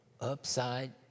upside